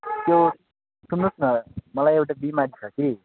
त्यो सुन्नुहोस् न मलाई एउटा बिमारी छ कि